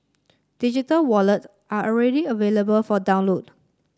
digital wallet are already available for download